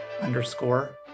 underscore